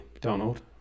Donald